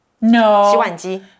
No